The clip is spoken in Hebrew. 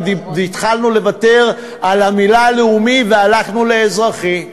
גם התחלנו לוותר על המילה "לאומי" והלכנו ל"אזרחי"